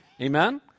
Amen